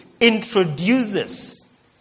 introduces